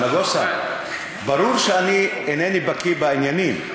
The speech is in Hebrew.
נגוסה, ברור שאינני בקי בעניינים,